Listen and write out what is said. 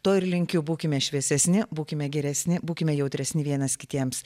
to ir linkiu būkime šviesesni būkime geresni būkime jautresni vienas kitiems